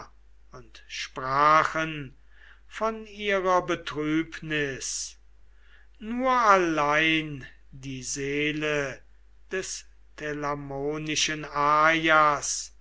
und sprachen von ihrer betrübnis nur allein die seele des telamonischen